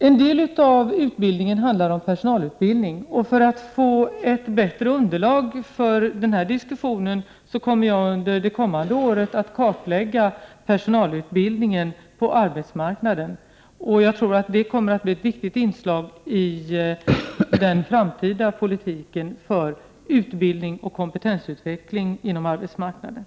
En del av denna utbildning är personalutbildning. För att få bättre underlag för diskussionen skall jag under det kommande året låta göra en kartläggning av personalutbildningen. Jag tror att det kommer att bli ett viktigt inslag i den framtida politiken för utbildning och kompetensutveckling inom arbetsmarknaden.